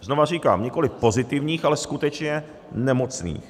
Znova říkám, nikoliv pozitivních, ale skutečně nemocných.